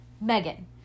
Megan